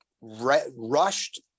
rushed